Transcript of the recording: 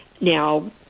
Now